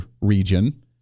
region